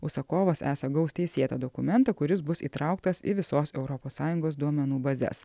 užsakovas esą gaus teisėtą dokumentą kuris bus įtrauktas į visos europos sąjungos duomenų bazes